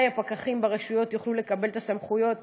מתי הפקחים ברשויות יוכלו לקבל את הסמכויות,